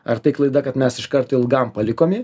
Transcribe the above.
ar tai klaida kad mes iškart ilgam palikom jį